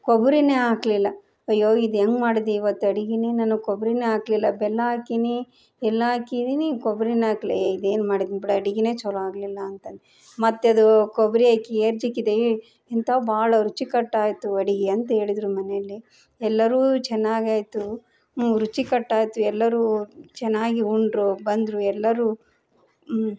ಕೊಬ್ಬರಿನೇ ಹಾಕ್ಲಿಲ್ಲ ಅಯ್ಯೋ ಇದು ಹೆಂಗ್ ಮಾಡಿದಿ ಇವತ್ತು ಅಡಿಗೆನೇ ನಾನು ಕೊಬ್ಬರಿನೇ ಹಾಕ್ಲಿಲ್ಲ ಬೆಲ್ಲ ಹಾಕೀನಿ ಎಲ್ಲಾ ಹಾಕಿದೀನಿ ಕೊಬ್ಬರಿನೇ ಹಾಕ್ಲ ಏ ಇದೇನು ಮಾಡಿದೀನಿ ಬಿಡು ಅಡಿಗೆನೇ ಚಲೋ ಆಗಲಿಲ್ಲ ಅಂತಂದ್ ಮತ್ತೆ ಅದು ಕೊಬ್ಬರಿ ಹಾಕಿ ಎಂಥ ಭಾಳ ರುಚಿಕಟ್ಟಾಯಿತು ಅಡಿಗೆ ಅಂತ ಹೇಳಿದ್ರು ಮನೇಲಿ ಎಲ್ಲರೂ ಚೆನ್ನಾಗಾಯ್ತು ರುಚಿಕಟ್ಟಾಯಿತು ಎಲ್ಲರೂ ಚೆನ್ನಾಗಿ ಉಂಡರು ಬಂದರು ಎಲ್ಲರೂ